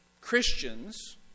Christians